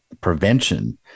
prevention